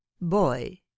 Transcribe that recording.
boy